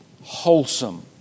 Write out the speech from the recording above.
wholesome